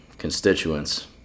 constituents